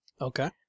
Okay